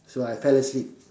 so I fell asleep